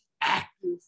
active